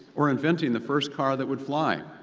or inventing the first car that would fly.